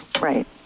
Right